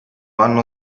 hanno